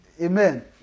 Amen